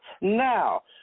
now